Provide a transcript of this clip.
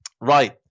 Right